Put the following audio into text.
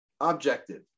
Objective